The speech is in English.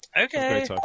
Okay